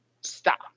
stop